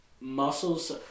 muscles